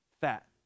fat